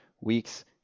week's